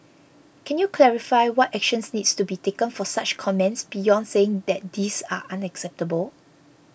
can you clarify what actions needs to be taken for such comments beyond saying that these are unacceptable